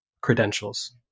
credentials